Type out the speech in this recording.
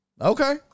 Okay